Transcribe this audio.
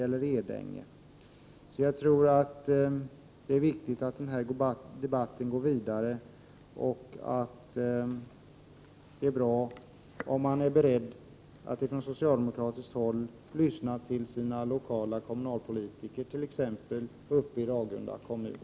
Jag tror som sagt att det är viktigt att den här debatten fortsätter och att det är bra om man från socialdemokratiskt håll är beredd att lyssna på sina lokala kommunalpolitiker, t.ex. uppe i Ragunda kommun.